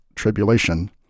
Tribulation